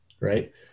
right